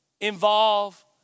involve